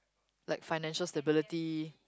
like financial stability